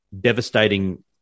devastating